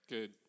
Good